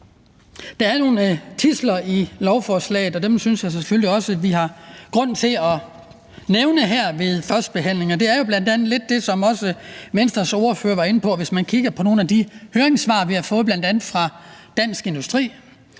der er nogle tidsler i lovforslaget, og dem synes jeg selvfølgelig også vi har grund til at nævne her ved førstebehandlingen. Det er jo bl.a. lidt det, som også Venstres ordfører var inde på. Hvis man kigger på nogle af de høringssvar, vi har fået, bl.a. fra Dansk Industri,